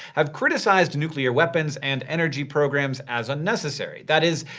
have criticized nuclear weapons and energy programs as unnecessary. that is,